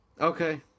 Okay